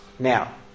Now